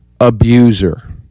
abuser